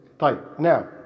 Now